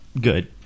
Good